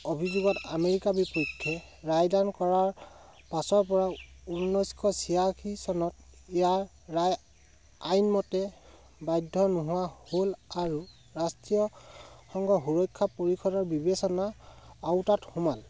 অভিযোগত আমেৰিকা বিপক্ষে ৰায়দান কৰাৰ পাছৰ পৰা ঊনৈছশ ছিয়াশী চনত ইয়াৰ ৰায় আইনমতে বাধ্য নোহোৱা হ'ল আৰু ৰাষ্ট্ৰীয় সংঘ সুৰক্ষা পৰিষদৰ বিবেচনা আউটাত সোমাল